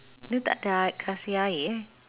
dia takde kasih air eh